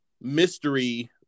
mystery